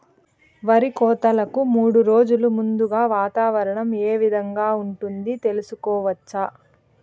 మడి కోతలకు మూడు రోజులు ముందుగా వాతావరణం ఏ విధంగా ఉంటుంది, తెలుసుకోవచ్చా?